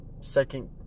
second